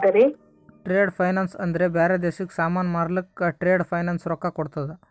trade finance ಅಂದ್ರ ಬ್ಯಾರೆ ದೇಶಕ್ಕ ಸಾಮಾನ್ ಮಾರ್ಲಕ್ ಟ್ರೇಡ್ ಫೈನಾನ್ಸ್ ರೊಕ್ಕಾ ಕೋಡ್ತುದ್